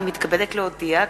אני מתכבדת להודיע,